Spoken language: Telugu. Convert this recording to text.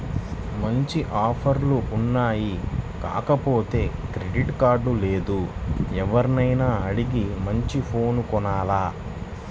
మంచి ఆఫర్లు ఉన్నాయి కాకపోతే క్రెడిట్ కార్డు లేదు, ఎవర్నైనా అడిగి మంచి ఫోను కొనాల